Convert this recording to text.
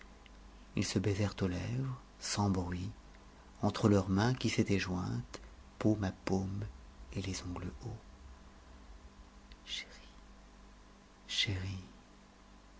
ils se baisèrent aux lèvres sans bruit entre leurs mains qui s'étaient jointes paume à paume et les ongles hauts chéri chérie